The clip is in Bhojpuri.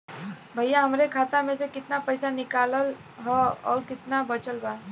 भईया हमरे खाता मे से कितना पइसा निकालल ह अउर कितना बचल बा?